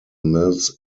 mills